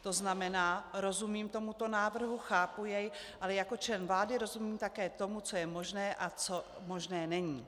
To znamená, rozumím tomuto návrhu, chápu jej, ale jako člen vlády rozumím také tomu, co je možné a co možné není.